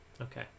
Okay